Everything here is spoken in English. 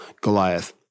Goliath